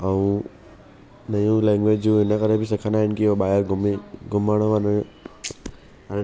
ऐं नयूं लैंगवेजियूं हिन करे बि सिखंदा आहिनि की उहो ॿाहिरि घुमण वञे ऐं